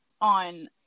on